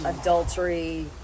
adultery